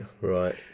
Right